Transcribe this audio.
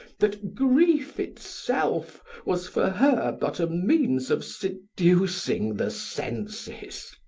that grief itself was for her but a means of seducing the senses.